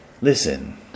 Listen